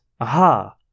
Aha